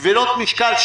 כבדות משקל.